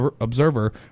Observer